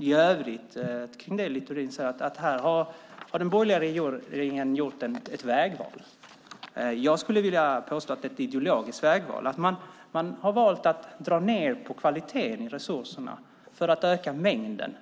I övrigt vill jag, när det gäller det som Littorin säger att här har den borgerliga regeringen gjort ett vägval, påstå att det är ett ideologiskt vägval. Man har valt att dra ned på kvaliteten i resurserna för att öka mängden.